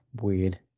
Weird